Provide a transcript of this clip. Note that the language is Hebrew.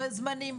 בזמנים,